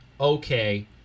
okay